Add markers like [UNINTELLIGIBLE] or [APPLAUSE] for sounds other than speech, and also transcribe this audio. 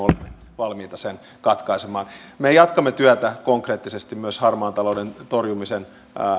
[UNINTELLIGIBLE] olemme valmiita sen katkaisemaan me jatkamme työtä konkreettisesti myös harmaan talouden